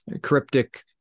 cryptic